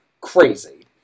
crazy